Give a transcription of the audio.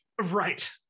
Right